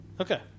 Okay